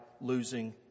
losing